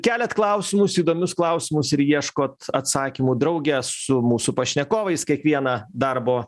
keliat klausimus įdomius klausimus ir ieškot atsakymų drauge su mūsų pašnekovais kiekvieną darbo